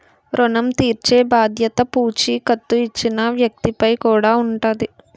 ఋణం తీర్చేబాధ్యత పూచీకత్తు ఇచ్చిన వ్యక్తి పై కూడా ఉంటాది